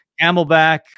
camelback